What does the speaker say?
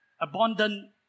Abundant